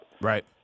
Right